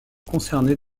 concernés